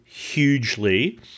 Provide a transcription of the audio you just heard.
Hugely